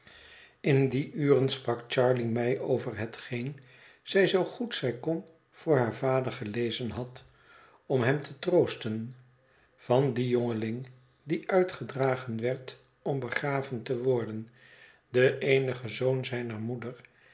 in die uren sprak charley mij over hetgeen zij zoo goed zij kon voor haar vader gelezen had om hem te troosten van dien jongeling die uitgedragen werd om begraven te worden de eenige zoon zijner moeder